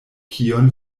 kion